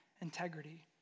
integrity